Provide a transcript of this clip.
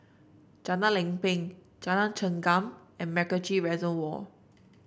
Jalan Lempeng Jalan Chengam and MacRitchie Reservoir